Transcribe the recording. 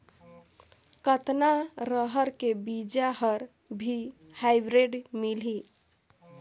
कतना रहर के बीजा हर भी हाईब्रिड मिलही?